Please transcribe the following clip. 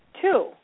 two